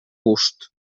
gust